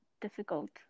difficult